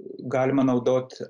galima naudot